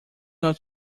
not